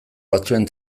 batzuen